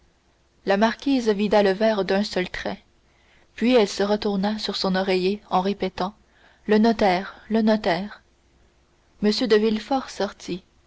la marquise vida le verre d'un seul trait puis elle se retourna sur son oreiller en répétant le notaire le notaire m de villefort sortit